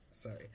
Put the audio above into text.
Sorry